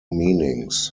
meanings